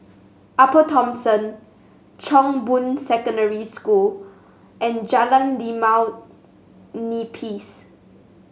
Upper Thomson Chong Boon Secondary School and Jalan Limau Nipis